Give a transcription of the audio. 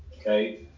Okay